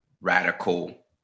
radical